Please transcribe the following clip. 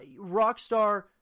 Rockstar